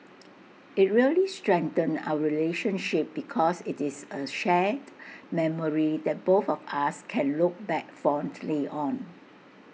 IT really strengthened our relationship because IT is A shared memory that both of us can look back fondly on